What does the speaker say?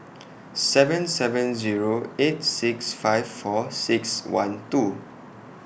seven seven Zero eight six five four six one two